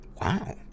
Wow